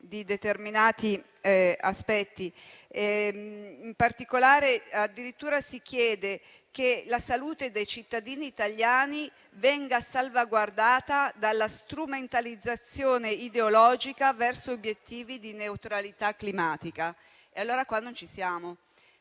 di determinati aspetti e addirittura si chiede che la salute dei cittadini italiani venga salvaguardata dalla strumentalizzazione ideologica verso obiettivi di neutralità climatica, allora qua non ci siamo,